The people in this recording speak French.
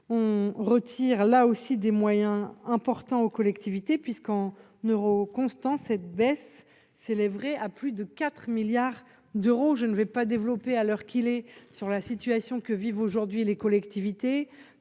on retire, là aussi, des moyens importants aux collectivités puisqu'en N'Euro constant, cette baisse s'élèverait à plus de 4 milliards d'euros, je ne vais pas développer à l'heure qu'il est sur la situation que vivent aujourd'hui les collectivités